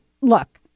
Look